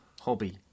hobby